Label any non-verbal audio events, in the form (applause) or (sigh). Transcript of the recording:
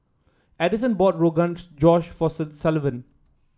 Addyson bought Rogan Josh for (unintelligible) Sullivan